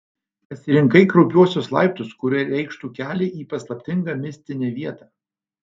pasirinkai kraupiuosius laiptus kurie reikštų kelią į paslaptingą mistinę vietą